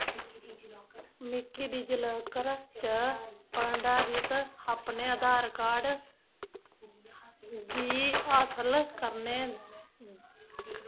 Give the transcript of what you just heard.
मिगी डिजिलाकर च भंडारत अपने आधार कार्ड गी हासल करने